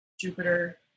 Jupiter